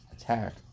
attack